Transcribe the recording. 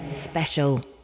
special